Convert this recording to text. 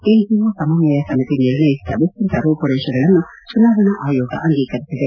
NGO ಸಮನ್ವಯ ಸಮಿತಿ ನಿರ್ಣಯಿಸಿದ ವಿಸ್ತೃತ ರೂಮರೇಷೆಗಳನ್ನು ಚುನಾವಣಾ ಆಯೋಗ ಅಂಗೀಕರಿಸಿದೆ